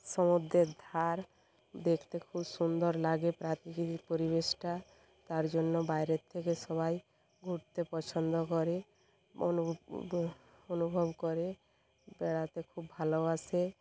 সমুদ্রের ধার দেখতে খুব সুন্দর লাগে প্রাকৃতিক পরিবেশটা তার জন্য বাইরের থেকে সবাই ঘুরতে পছন্দ করে অনুভব করে বেড়াতে খুব ভালোবাসে